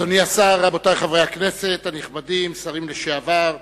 אדוני השר, רבותי חברי הכנסת הנכבדים, שרים לשעבר,